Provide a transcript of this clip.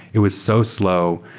it was so slow.